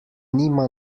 nima